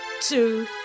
two